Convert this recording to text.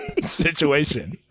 situation